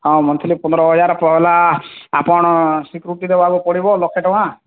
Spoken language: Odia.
ହଁ ମନ୍ଥଥିଲି ପନ୍ଦର ହଜାରେ ପହେଲା ଆପଣ ସିକ୍ୟୁରିଟି ଦେବାକୁ ପଡ଼ିବ ଲକ୍ଷେ ଟଙ୍କା